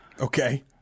okay